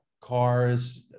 cars